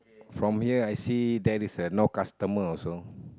from here I see there is a no customer also